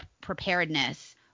preparedness